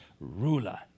ruler